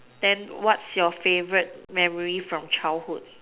then what's your favorite memory from childhood